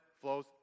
flows